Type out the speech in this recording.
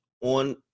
on